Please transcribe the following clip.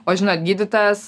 o žinot gydytojas